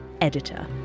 editor